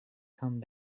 come